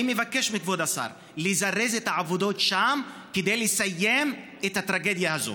אני מבקש מכבוד השר לזרז את העבודות שם כדי לסיים את הטרגדיה הזאת.